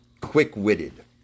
quick-witted